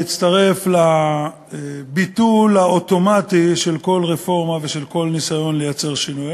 להצטרף לביטול האוטומטי של כל רפורמה ושל כל ניסיון לייצר שינוי.